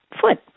foot